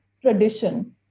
tradition